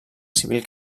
civil